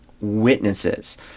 witnesses